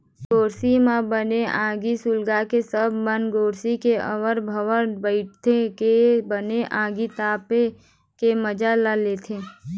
गोरसी म बने आगी सुलगाके सब बने गोरसी के आवर भावर बइठ के बने आगी तापे के मजा ल लेथे